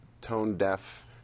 tone-deaf